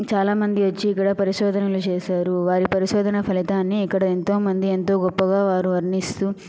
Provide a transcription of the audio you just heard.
చాలామంది వచ్చి ఇక్కడ పరిశోధనలు చేసారు వారి పరిశోదన ఫలితాన్ని ఇక్కడ ఎంతోమంది ఎంతో గొప్పగా వారు వర్ణిస్తూ